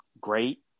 great